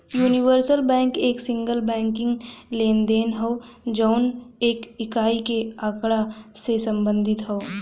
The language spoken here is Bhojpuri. यूनिवर्सल बैंक एक सिंगल बैंकिंग लेनदेन हौ जौन एक इकाई के आँकड़ा से संबंधित हौ